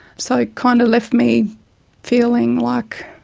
so it kind of left me feeling like,